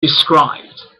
described